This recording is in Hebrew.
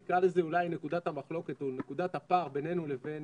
נקרא לזה נקודת המחלוקת או נקודת הפער בינינו לבין